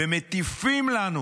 ומטיפים לנו